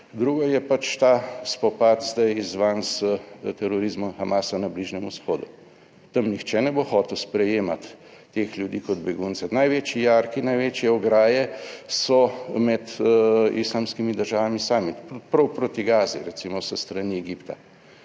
Drugo je pač ta spopad zdaj izzvan s terorizmom Hamasa na Bližnjem Vzhodu. Tam nihče ne bo hotel sprejemati teh ljudi kot beguncev. Največji jarki, največje ograje so med islamskimi državami sami, prav proti Gazi recimo s strani Egipta,